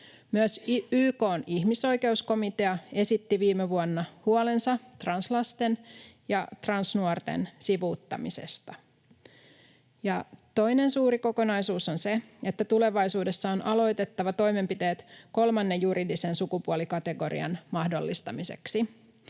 Myös YK:n ihmisoikeuskomitea esitti viime vuonna huolensa translasten ja transnuorten sivuuttamisesta. Toinen suuri kokonaisuus on se, että tulevaisuudessa on aloitettava toimenpiteet kolmannen juridisen sukupuolikategorian mahdollistamiseksi.